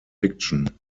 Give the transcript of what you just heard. fiction